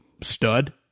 Stud